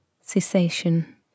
cessation